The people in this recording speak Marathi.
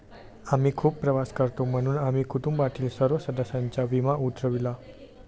आम्ही खूप प्रवास करतो म्हणून आम्ही कुटुंबातील सर्व सदस्यांचा विमा उतरविला